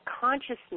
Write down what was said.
consciousness